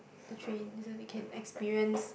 the train so they can experience